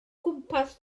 gwmpas